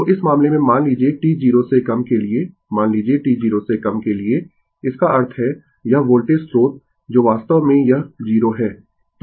तो इस मामले में मान लीजिए t 0 से कम के लिए मान लीजिए t 0 से कम के लिए इसका अर्थ है यह वोल्टेज स्रोत जो वास्तव में यह 0 है